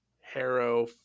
Harrow